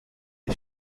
est